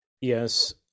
Yes